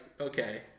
okay